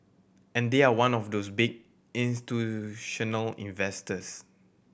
and they are one of those big institutional investors